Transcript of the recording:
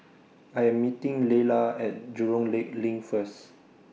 I Am meeting Leala At Jurong Lake LINK First